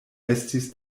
estis